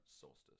solstice